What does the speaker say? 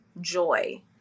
joy